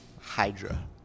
Hydra